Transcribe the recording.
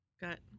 got